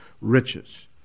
riches